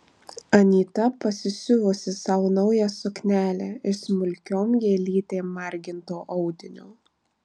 anyta pasisiuvusi sau naują suknelę iš smulkiom gėlytėm marginto audinio